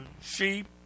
sheep